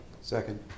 Second